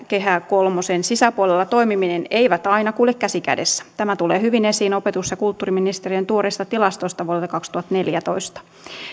kehä kolmosen sisäpuolella toimiminen eivät aina kulje käsi kädessä tämä tulee hyvin esiin opetus ja kulttuuriministeriön tuoreesta tilastosta vuodelta kaksituhattaneljätoista